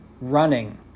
running